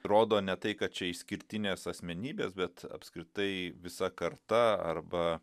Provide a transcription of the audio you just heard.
rodo ne tai kad čia išskirtinės asmenybės bet apskritai visa karta arba